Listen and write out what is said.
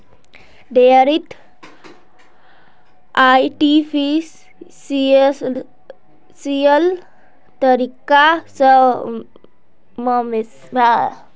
डेयरीत आर्टिफिशियल तरीका स मवेशी प्रजनन कराल जाछेक